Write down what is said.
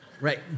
Right